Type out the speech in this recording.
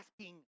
asking